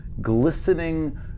glistening